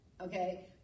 okay